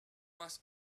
más